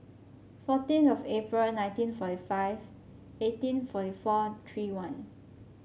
fourteen of April nineteen forty five eighteen forty four three one